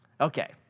Okay